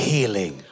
Healing